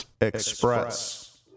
Express